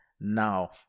now